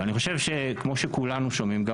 אבל אני חושב שכמו שכולנו שומעים,